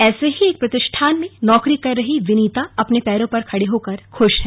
ऐसे ही एक प्रतिष्ठान में नौकरी कर रही विनीता अपने पैरों पर खड़े होकर खुश है